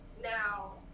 Now